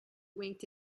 winked